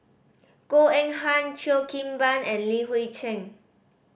Goh Eng Han Cheo Kim Ban and Li Hui Cheng